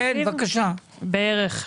בערך,